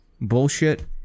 bullshit